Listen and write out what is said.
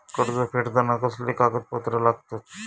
कर्ज परत फेडताना कसले कागदपत्र लागतत?